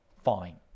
Fine